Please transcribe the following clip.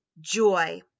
joy